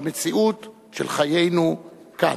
במציאות של חיינו כאן.